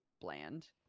bland